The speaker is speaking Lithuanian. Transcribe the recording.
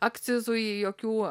akcizų jokių